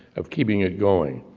of keeping it going,